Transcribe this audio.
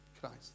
Christ